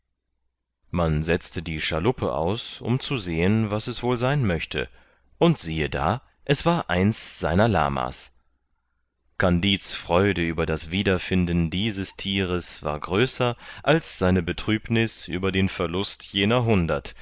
man setzte die schaluppe aus um zu sehen was es wohl sein möchte und siehe da es war eins seiner lama's kandid's freude über das wiederfinden dieses thieres war größer als seine betrübniß über den verlust jener hundert